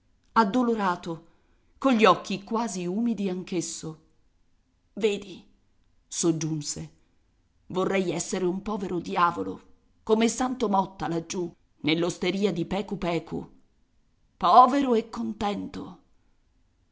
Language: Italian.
addolorato cogli occhi quasi umidi anch'esso vedi soggiunse vorrei essere un povero diavolo come santo motta laggiù nell'osteria di pecu pecu povero e contento